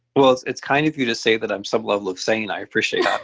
well, it's it's kind of you to say that i'm some level of sane, i appreciate yeah